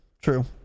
True